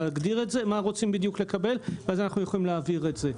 להגדיר מה רוצים בדיוק לקבל ואז אנחנו יכולים להעביר את זה.